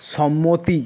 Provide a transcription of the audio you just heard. সম্মতি